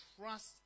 trust